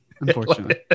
unfortunately